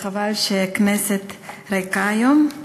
וחבל שהכנסת ריקה היום.